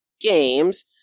Games